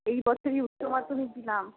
এই বছরই উচ্চমাধ্যমিক দিলাম